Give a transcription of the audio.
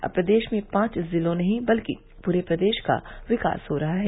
अब प्रदेश में पांच जिलों नहीं बल्कि पूरे प्रदेश का विकास हो रहा है